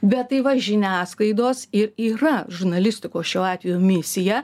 bet tai va žiniasklaidos ir yra žurnalistikos šiuo atveju misija